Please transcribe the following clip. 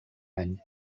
any